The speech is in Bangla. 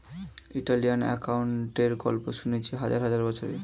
ইতালিয়ান অ্যাকাউন্টেন্টের গল্প শুনেছি হাজার হাজার বছরের